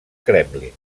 kremlin